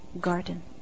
garden